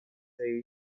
свои